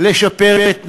לשפר את תנאיהם.